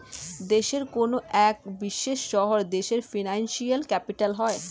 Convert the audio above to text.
দেশের কোনো এক বিশেষ শহর দেশের ফিনান্সিয়াল ক্যাপিটাল হয়